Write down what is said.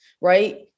right